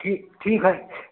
ठीक ठीक है